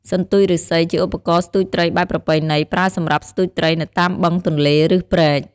សន្ទូចឬស្សី ជាឧបករណ៍ស្ទួចត្រីបែបប្រពៃណី ប្រើសម្រាប់ស្ទួចត្រីនៅតាមបឹង ទន្លេ ឬ ព្រែក។